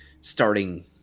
starting